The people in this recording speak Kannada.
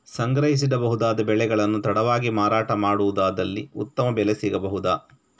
ಸಂಗ್ರಹಿಸಿಡಬಹುದಾದ ಬೆಳೆಗಳನ್ನು ತಡವಾಗಿ ಮಾರಾಟ ಮಾಡುವುದಾದಲ್ಲಿ ಉತ್ತಮ ಬೆಲೆ ಸಿಗಬಹುದಾ?